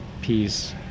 Peace